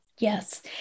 Yes